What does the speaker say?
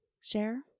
share